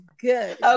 good